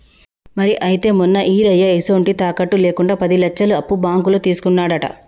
మరి అయితే మొన్న ఈరయ్య ఎసొంటి తాకట్టు లేకుండా పది లచ్చలు అప్పు బాంకులో తీసుకున్నాడట